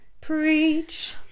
Preach